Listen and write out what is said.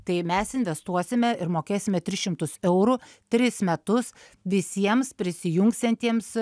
tai mes investuosime ir mokėsime tris šimtus eurų tris metus visiems prisijungsiantiems